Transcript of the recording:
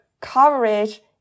coverage